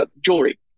jewelry